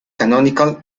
canonical